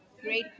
Great